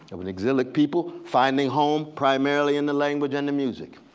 and with exilic people finding home primarily in the language and the music.